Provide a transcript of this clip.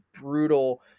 brutal